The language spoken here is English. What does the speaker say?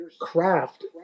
craft